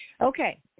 okay